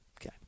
Okay